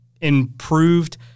improved